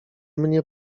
mnie